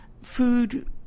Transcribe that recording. food